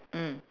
mm